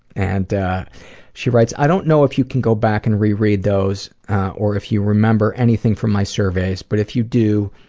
and she writes i don't know if you can go back and re-read those or if you remember anything from my surveys, but if you do,